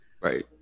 Right